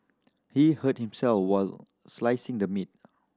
he hurt himself while slicing the meat